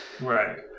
Right